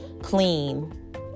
clean